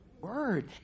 word